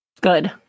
Good